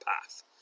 path